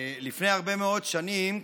לפני הרבה מאוד שנים,